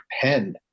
pen